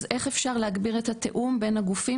אז איך אפשר להגביר את התיאום בין הגופים